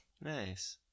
Nice